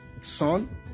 Son